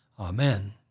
Amen